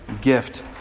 Gift